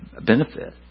benefit